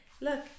Look